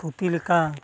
ᱯᱩᱛᱷᱤ ᱞᱮᱠᱟ